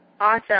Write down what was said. Awesome